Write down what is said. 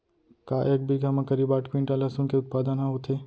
का एक बीघा म करीब आठ क्विंटल लहसुन के उत्पादन ह होथे?